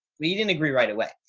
we didn't agree right away.